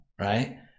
Right